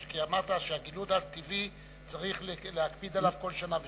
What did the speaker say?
כי אמרת שהגידול הטבעי צריך להקפיד עליו כל שנה ושנה.